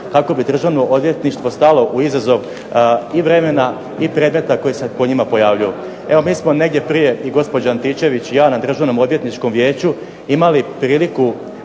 kako bi Državno odvjetništvo stalo u izazov i vremena i predmeta koji se po njima pojavljuju. Evo, mi smo negdje prije, i gospođa Antičević i ja, na Državnom odvjetničkom vijeću imali priliku